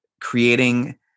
creating